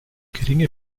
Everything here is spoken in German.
geringe